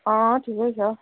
अँ ठिकै छ